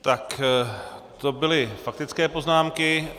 Tak to byly faktické poznámky.